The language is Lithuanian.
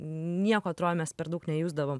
nieko atrodo mes per daug nejusdavom